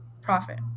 profit